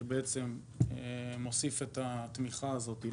שמוסיף את התמיכה הזאת.